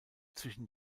zwischen